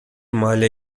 malha